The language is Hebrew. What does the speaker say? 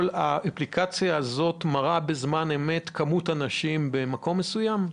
האפליקציה הזאת מראה בזמן אמת כמות אנשים במקום מסוים?